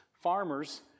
Farmers